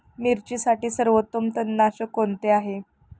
मिरचीसाठी सर्वोत्तम तणनाशक कोणते आहे?